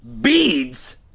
Beads